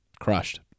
crushed